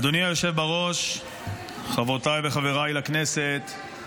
אדוני היושב בראש, חברותיי וחבריי לכנסת,